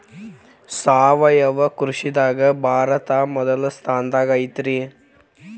ಸಾವಯವ ಕೃಷಿದಾಗ ಭಾರತ ಮೊದಲ ಸ್ಥಾನದಾಗ ಐತ್ರಿ